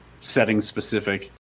setting-specific